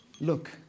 Look